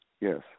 Yes